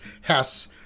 Hess